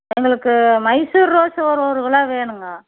எங்களுக்கு மைசூர் ரோஸு ஒரு ஒரு கிலோ வேணுங்க